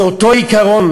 זה אותו עיקרון,